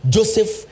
Joseph